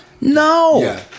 No